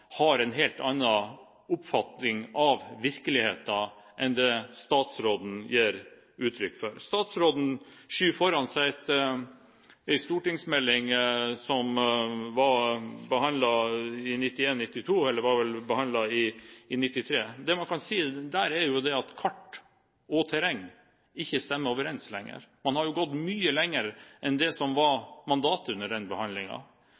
har en helt annen oppfatning av virkeligheten enn det statsråden gir uttrykk for. Statsråden skyver foran seg en stortingsmelding som ble behandlet i 1993. Det man kan si, er at kart og terreng ikke stemmer overens lenger. Man har gått mye lenger enn det som var mandatet under den